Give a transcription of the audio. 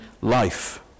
life